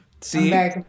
See